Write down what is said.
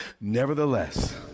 Nevertheless